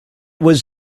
was